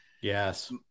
Yes